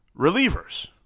relievers